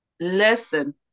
Listen